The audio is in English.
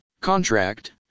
contract